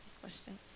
Question